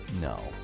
no